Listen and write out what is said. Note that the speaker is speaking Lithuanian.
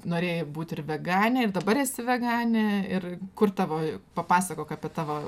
norėjai būt ir veganė ir dabar esi veganė ir kur tavo papasakok apie tavo